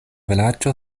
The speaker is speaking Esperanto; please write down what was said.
vilaĝo